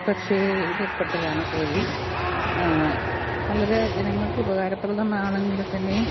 പക്ഷി ഇതിൽ പെട്ടതാണ് കോഴി വളരെ ജനങ്ങൾക്ക് ഉപകാരപ്രദമാണെങ്കിൽത്തന്നെയും